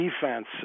defense